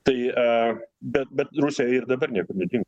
tai e bet bet rusijai ir dabar niekam netinka